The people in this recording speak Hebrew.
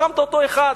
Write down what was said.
הרמת אותו 1,